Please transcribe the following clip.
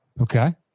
Okay